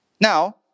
Now